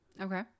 Okay